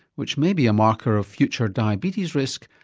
which may be a marker of future diabetes risk,